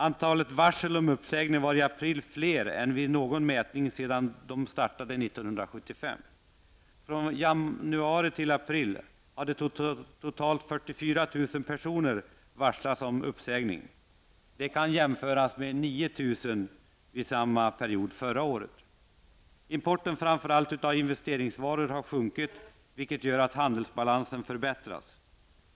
Antalet varsel om uppsägning var i april större än vid någon mätning sedan dessa startade personer varslats om uppsägning. Det kan jämföras med 9 000 personer samma period förra året. Importen framför allt av investeringsvaror har sjunkit, vilket gör att handelsbalansen har förbättrats.